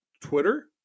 Twitter